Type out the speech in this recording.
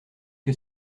que